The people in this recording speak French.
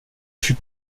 fut